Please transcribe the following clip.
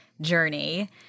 journey